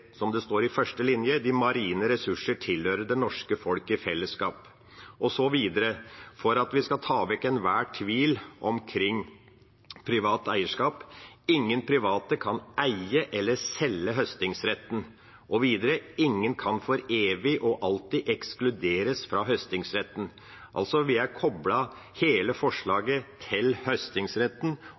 norske folk i fellesskap». Og videre – for at vi skal ta vekk enhver tvil omkring privat eierskap: «Ingen private kan eie eller selge høstingsretten.» Og videre: «Ingen kan for evig og alltid ekskluderes fra høstingsretten.» Vi har altså koblet hele forslaget til høstingsretten